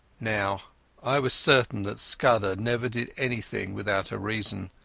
now i was certain that scudder never did anything without a reason,